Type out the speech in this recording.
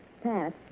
Pat